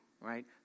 right